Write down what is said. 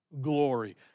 glory